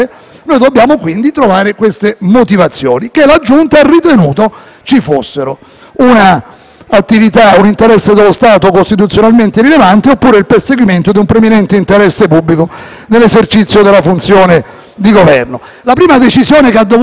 fossero un interesse dello Stato costituzionalmente rilevante oppure il perseguimento di un preminente interesse pubblico nell'esercizio della funzione di Governo. La prima decisione che ha dovuto prendere la Giunta è stata quella di dire se si è trattato di un reato ministeriale oppure no.